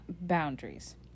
boundaries